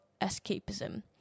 escapism